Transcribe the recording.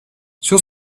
sur